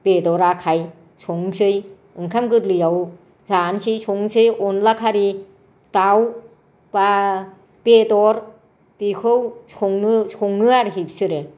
बेदर आखाय संनोसै ओंखाम गोरलैयाव जानोसै संनोसै अनला खारै दाउ बा बेदर बेखौ सङो आरोखि बिसोरो